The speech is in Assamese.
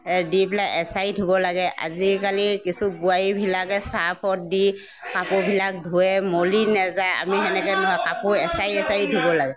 দি পেলাই এছাৰি ধুব লাগে আজিকালি কিছু বোৱাৰীবিলাকে চাৰ্ফত দি কাপোৰবিলাক ধুৱে মলি নেযায় আমি সেনেকৈ নহয় কাপোৰ এছাৰি এছাৰি ধুব লাগে